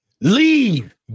leave